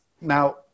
Now